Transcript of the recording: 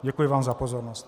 Děkuji vám za pozornost.